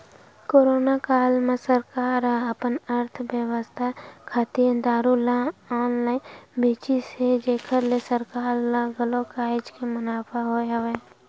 corona काल म सरकार ह अपन अर्थबेवस्था खातिर दारू ल ऑनलाइन बेचिस हे जेखर ले सरकार ल घलो काहेच के मुनाफा होय हवय